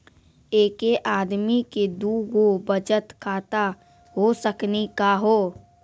एके आदमी के दू गो बचत खाता हो सकनी का हो?